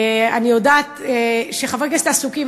אני יודעת שחברי הכנסת עסוקים,